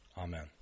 Amen